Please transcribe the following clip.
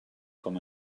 com